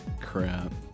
crap